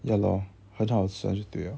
ya lor 很好就对了